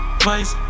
twice